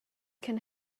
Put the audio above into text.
can